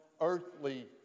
earthly